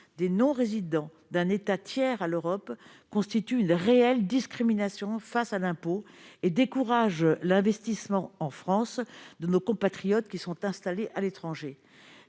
des non-résidents d'un État tiers à l'Europe constitue une réelle discrimination face à l'impôt et décourage l'investissement en France de nos compatriotes installés à l'étranger.